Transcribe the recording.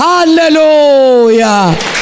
Hallelujah